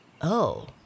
Oh